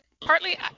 Partly